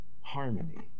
harmony